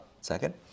Second